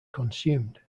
consumed